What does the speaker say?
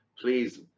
please